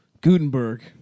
Gutenberg